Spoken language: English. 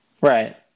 Right